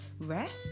rest